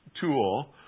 tool